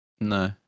No